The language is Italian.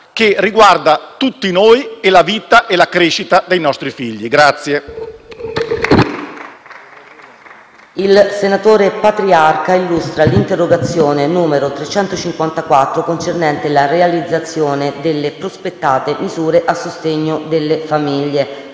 che riguarda tutti noi, la vita e la crescita dei nostri figli.